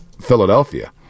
Philadelphia